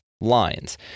lines